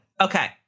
Okay